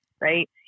right